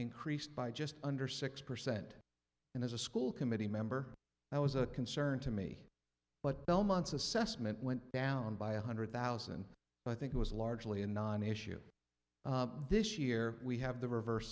increased by just under six percent and as a school committee member that was a concern to me but belmont's assessment went down by one hundred thousand but i think it was largely a non issue this year we have the reverse